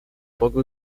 poco